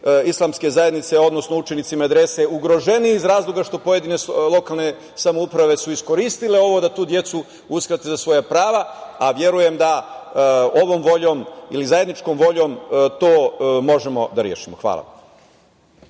islamske zajednice, odnosno učenici Medrese ugroženiji iz razloga što pojedine lokalne samouprave su iskoristile ovo da tu decu uskrate za svoja prava, a verujem da ovom voljom ili zajedničkom voljom to možemo da rešimo. Hvala.